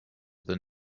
than